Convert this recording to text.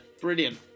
Brilliant